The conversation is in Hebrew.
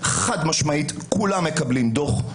חד-משמעית כולם מקבלים דוח,